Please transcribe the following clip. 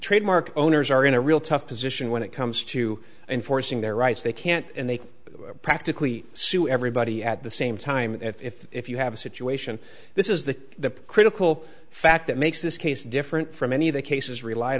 trademark owners are in a real tough position when it comes to enforcing their rights they can't and they practically to everybody at the same time if if you have a situation this is the critical fact that makes this case different from many of the cases relied